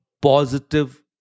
Positive